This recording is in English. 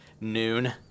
noon